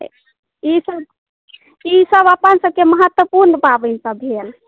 ईसभ ईसभ अपनसभके महत्वपूर्ण पाबनिसभ भेल